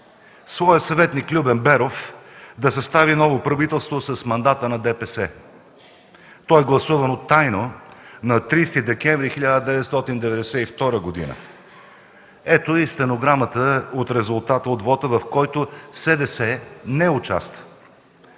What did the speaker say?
своя съветник Любен Беров да състави ново правителство с мандата на ДПС. То е гласувано тайно на 30 декември 1992 г. Ето и стенограмата за резултата от вота, в който СДС не участва.